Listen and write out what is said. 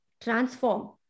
transform